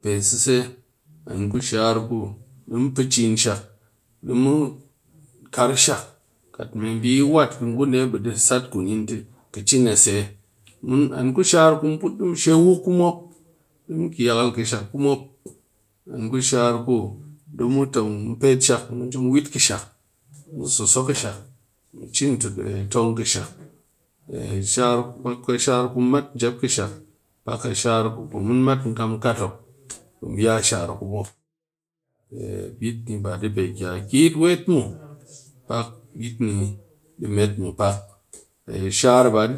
Pe sezse an ku shar ku du mu pɨ cin shak, du mu kar shak, kat me bi wat ki ngu nde be dɨ sat kunin ti ki cin a se an ku shar ku mu she wuk ku mop du ki yakal kɨ shak ku mop an ku shar de mu pet shak mu nji mu weet kishak ku mop, mu soso kishak, mu cin tong kishak shar ku mu mat njep kishak, a ka shar ku mu kaa mu kat mop bi mu ya shar ku mop. Bit ni ɗe ki a kit weet muw pak bit ni de met mɨ pak shar ba a